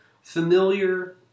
familiar